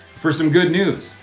for some good news.